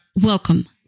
Welcome